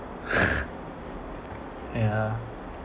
yeah